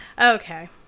Okay